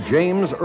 James